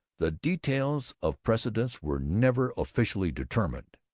the details of precedence were never officially determined.